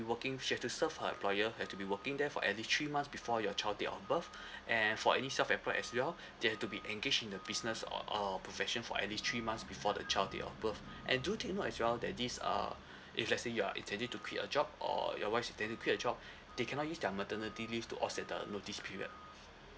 be working she has to serve her employer have to be working there for at least three months before your child date of birth and for any self employed as well they have to be engaged in the business or or profession for at least three months before the child date of birth and do take note as well that this uh if let's say you are intending to quit your job or your wife's intending to quit her job they cannot use their maternity leave to offset the notice period